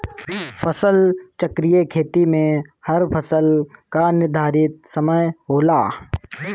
फसल चक्रीय खेती में हर फसल कअ निर्धारित समय होला